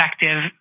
effective